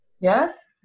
Yes